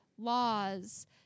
Laws